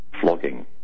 flogging